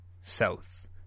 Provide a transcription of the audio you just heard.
South